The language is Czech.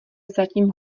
zatím